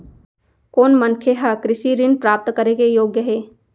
कोन मनखे ह कृषि ऋण प्राप्त करे के योग्य हे?